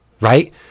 right